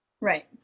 Right